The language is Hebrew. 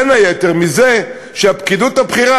בין היתר מזה שהפקידות הבכירה,